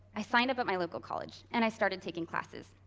i signed up at my local college and i started taking classes.